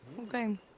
Okay